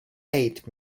eight